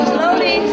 Slowly